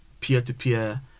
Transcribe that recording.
peer-to-peer